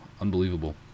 unbelievable